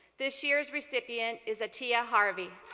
this year's recipient is atiya harvey.